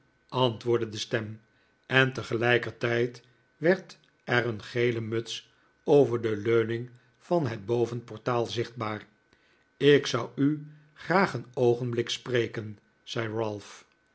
antwoordde de stem en tegelijkertijd werd er een gele muts over de leuning van het bovenportaal zichtbaar ik zou u graag een oogenblik spreken zei ralph